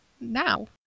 now